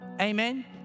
Amen